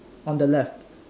on the left